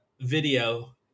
video